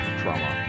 trauma